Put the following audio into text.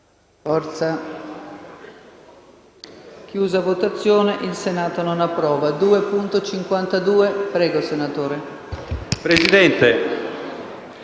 Presidente,